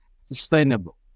sustainable